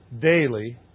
daily